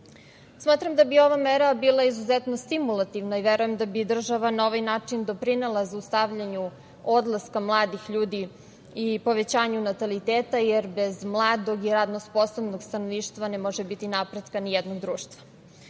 Smatram da bi ova mera bila izuzetno stimulativna i verujem da bi država na ovaj način doprinela zaustavljanju odlaska mladih ljudi i povećanju nataliteta, jer bez mladog i radno sposobnog stanovništva ne može biti napretka ni jednog društva. Takođe,